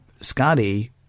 Scotty